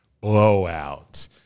blowout